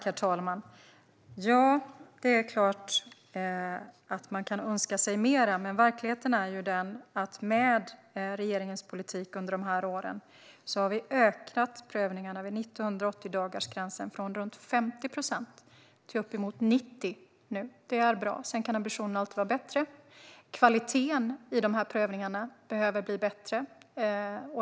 Herr talman! Det är klart att man kan önska sig mer. Verkligheten är ändå den att med regeringens politik har vi under de här åren ökat andelen prövningar vid 90 och 180-dagarsgränserna från runt 50 procent till nu uppemot 90 procent. Det är bra. Sedan kan ambitionen alltid vara högre. Kvaliteten i prövningarna behöver också bli bättre.